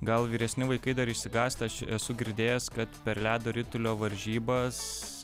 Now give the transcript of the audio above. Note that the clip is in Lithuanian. gal vyresni vaikai dar išsigąsta aš esu girdėjęs kad per ledo ritulio varžybas